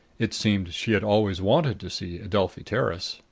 it seemed she had always wanted to see adelphi terrace.